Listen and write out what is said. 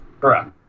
Correct